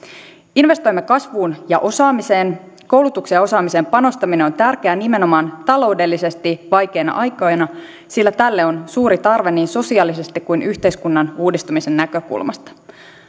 investoimme kasvuun ja osaamiseen koulutukseen ja osaamiseen panostaminen on tärkeää nimenomaan taloudellisesti vaikeina aikoina sillä tälle on suuri tarve niin sosiaalisesti kuin myös yhteiskunnan uudistumisen näkökulmasta